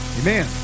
Amen